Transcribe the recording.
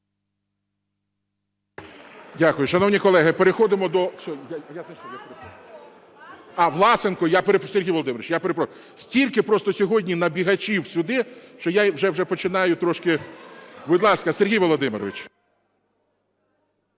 Дякую. Шановні колеги, переходимо до... А, Власенко, я перепрошую. Сергій Володимирович, я перепрошую. Стільки просто сьогодні набігачів сюди, що я вже починаю трошки… Будь ласка, Сергій Володимирович.